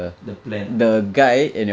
the plan ah